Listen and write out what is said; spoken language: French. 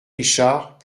richard